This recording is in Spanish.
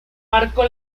marco